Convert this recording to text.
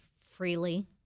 freely